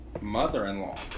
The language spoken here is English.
mother-in-law